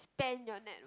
expand your network